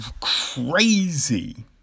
crazy